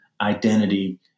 identity